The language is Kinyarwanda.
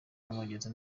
w’umwongereza